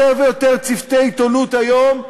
יותר ויותר צוותי עיתונות היום,